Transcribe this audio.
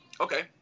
Okay